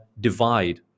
divide